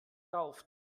rauft